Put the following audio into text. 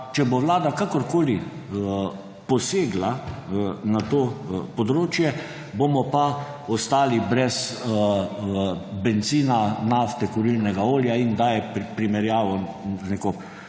če bo vlada kakorkoli posegla na to področje, bomo pa ostali brez bencina, nafte, kurilnega olja; in daje primerjavo z neko